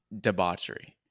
debauchery